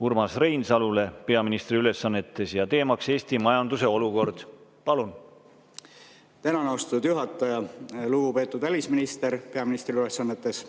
Urmas Reinsalule peaministri ülesannetes ja teemaks Eesti majanduse olukord. Palun! Tänan, austatud juhataja! Lugupeetud välisminister peaministri ülesannetes!